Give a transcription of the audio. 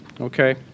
okay